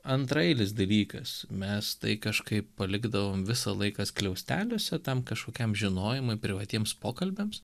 antraeilis dalykas mes tai kažkaip palikdavom visą laiką skliausteliuose tam kažkokiam žinojimui privatiems pokalbiams